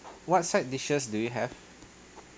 what side dishes do you have